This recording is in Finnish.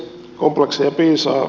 komplekseja piisaa